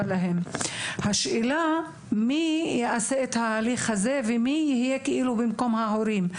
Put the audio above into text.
השאלה היא מי יעשה את ההליך הזה ויהיה במקום ההורים.